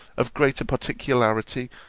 of greater particularity,